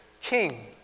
king